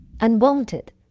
Unwanted